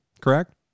Correct